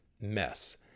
mess